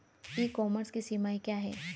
ई commerce की सीमाएं क्या हैं?